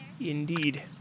indeed